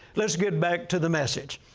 let's get back to the message.